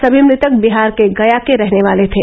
सभी मृतक बिहार के गया के रहने वाले थे